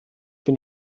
bin